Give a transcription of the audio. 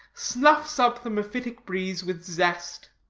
snuffs up the mephitic breeze with zest.